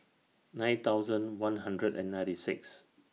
nine thousand one hundred and ninety six